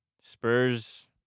Spurs